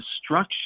destruction